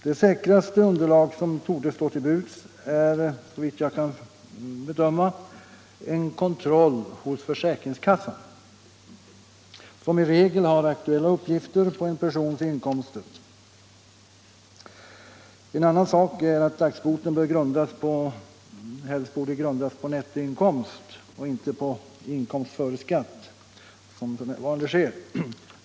Det säkraste underlag som torde stå till buds finns hos försäkringskassan, som i regel har aktuella uppgifter på en persons inkomster. En annan sak är att dagsboten helst bör grundas på nettoinkomst och inte på inkomst före skatt, som f. n. sker.